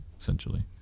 essentially